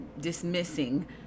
dismissing